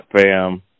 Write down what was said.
fam